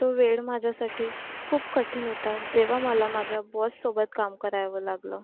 तो वेळ माझ्यासाठी खूप कठीण होता जेव्हा मला माझ्या बॉससोबत काम करावं लागलं